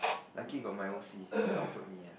lucky got my O_C he comfort me ah